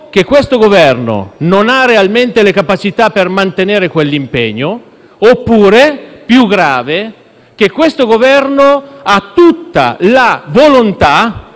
che questo Governo non ha realmente le capacità per mantenere quell'impegno oppure, cosa più grave, che questo Governo - e mi auguro